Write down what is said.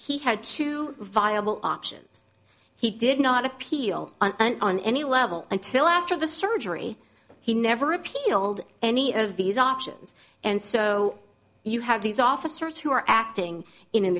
he had two viable options he did not appeal on any level until after the surgery he never appealed any of these options and so you have these officers who are acting in an